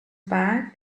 bag